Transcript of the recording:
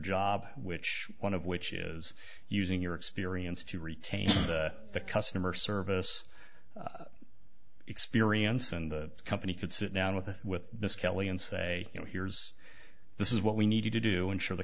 job which one of which is using your experience to retain the customer service experience and the company could sit down with us with miss kelly and say you know here's this is what we need you to do ensure the